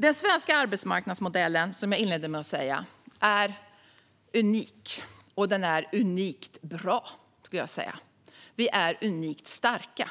Som jag inledde med att säga är den svenska arbetsmarknadsmodellen unik, och den är unikt bra, skulle jag vilja säga. Vi är unikt starka.